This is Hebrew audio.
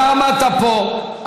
אתה עמדת פה,